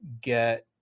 get